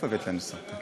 מאיפה הבאת לנו סרטן?